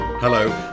Hello